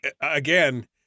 again